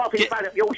get